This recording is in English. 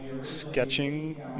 sketching